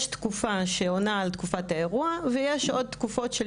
יש תקופה שעונה על תקופת האירוע ויש עוד תקופות של